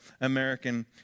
American